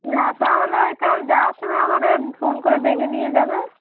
না তাহলে ওই কাল যাওয়ার সময় আমাদের ফোন করে ডেকে নিয়ে যাবে